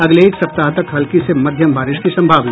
अगले एक सप्ताह तक हल्की से मध्यम बारिश की संभावना